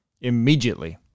Immediately